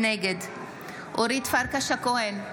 נגד אורית פרקש הכהן,